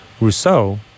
Rousseau